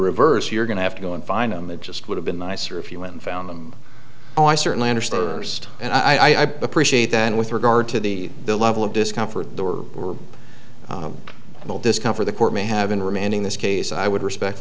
reverse you're going to have to go and find them it just would have been nicer if you went and found them oh i certainly understand and i've appreciated and with regard to the level of discomfort or will discover the court may have been remanding this case i would respect